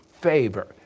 favor